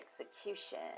execution